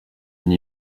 une